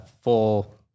full